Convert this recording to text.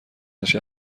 نشه